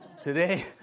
today